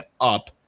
up